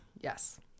yes